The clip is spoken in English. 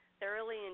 Thoroughly